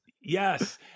Yes